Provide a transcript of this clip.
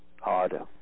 harder